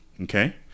Okay